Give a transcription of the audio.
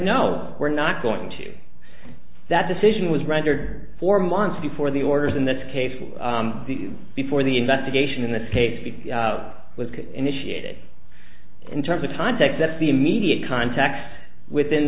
no we're not going to that decision was rendered four months before the orders in this case before the investigation in this case was initiated in terms of context that the immediate context within